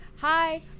hi